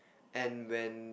and when